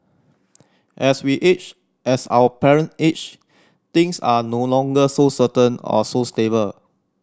as we age as our parent age things are no longer so certain or so stable